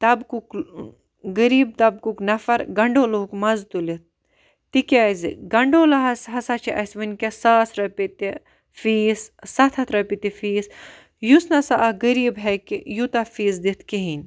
طَبقُک غریب طَبقُک نَفَر گَنڈولہُک مَزٕ تُلِتھ تکیازِ گَنڈولا ہَس ہَسا چھِ اَسہِ وٕنکیٚس ساس رۄپیہِ تہِ فیس سَتھ ہَتھ رۄپیہ تہِ فیس یُس نَسا اکھ غریب ہیٚکہِ یوٗتاہ فیس دِتھ کِہِیٖنۍ